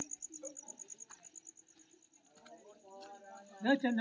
हालांकि अनेक प्रजाति ठंढा पहाड़ी क्षेत्र आ उच्च भूमि बला बादल वन मे सेहो भेटै छै